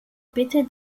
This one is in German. bitte